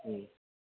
ꯎꯝ